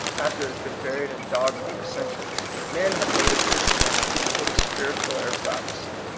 after it has been buried in dogma for centuries. men had made of christianity a sort of spiritual aristocracy,